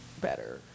better